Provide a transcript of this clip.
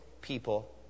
people